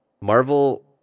Marvel